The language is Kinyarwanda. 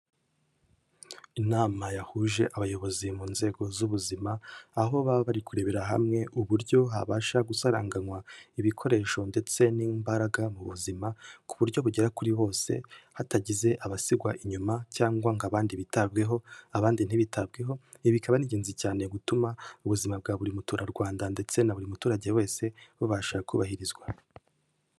Inama yahuje abayobozi mu nzego z'ubuzima, aho baba bari kurebera hamwe uburyo habasha gusaranganywa ibikoresho ndetse n'imbaraga mu buzima ku buryo bugera kuri bose, hatagize abasigwa inyuma cyangwa ngo abandi bitabweho, abandi ntibitabweho, ibi bikakaba ari ingenzi cyane gutuma ubuzima bwa buri muturarwanda ndetse na buri muturage wese bubasha kubahirizwa.